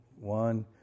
One